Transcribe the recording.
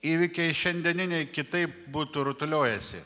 įvykiai šiandieniniai kitaip būtų rutuliojęsi